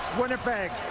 Winnipeg